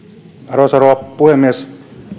arvoisa rouva puhemies